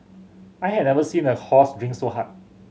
I had never seen a horse drink so hard